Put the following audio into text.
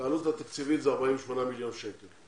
העלות התקציבית זה 48 מיליון שקל.